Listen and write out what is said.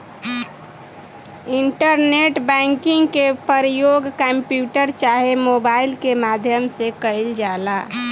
internet banking के परयोग computer चाहे मोबाइल के माध्यम से कईल जाला